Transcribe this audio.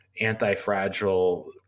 anti-fragile